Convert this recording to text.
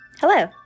Hello